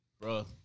Bro